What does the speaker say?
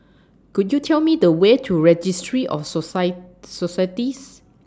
Could YOU Tell Me The Way to Registry of Societies